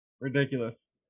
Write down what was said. Ridiculous